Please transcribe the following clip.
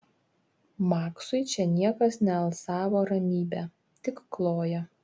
maksui čia niekas nealsavo ramybe tik kloja